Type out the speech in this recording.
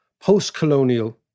post-colonial